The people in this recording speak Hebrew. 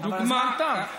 אבל הזמן תם.